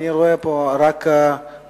אני רואה פה רק את דניאל.